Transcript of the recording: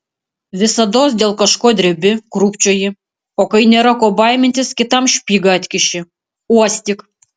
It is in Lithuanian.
visados dėl kažko drebi krūpčioji o kai nėra ko baimintis kitam špygą atkiši uostyk